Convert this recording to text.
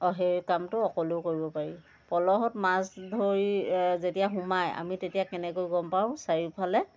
অ' সেই কামটো অকলেও কৰিব পাৰি পল'ত মাছ ধৰি যেতিয়া সোমাই আমি তেতিয়া কেনেকৈ গম পাওঁ চাৰিওফালে